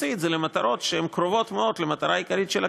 תוציא את זה למטרות שהן קרובות מאוד למטרה העיקרית של הקרן.